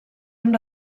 amb